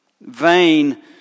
Vain